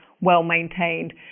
well-maintained